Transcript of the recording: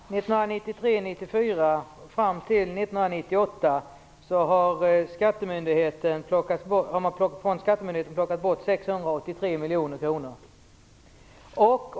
Fru talman! Under tiden 1993/94 fram till 1998 kommer man att ha plockat bort 683 miljoner kronor från Skattemyndigheten.